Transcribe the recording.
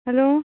hello